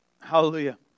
Hallelujah